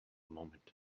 moment